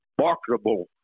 marketable